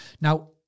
Now